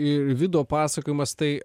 i vido pasakojimas tai